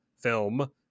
film